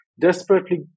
desperately